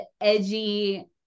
edgy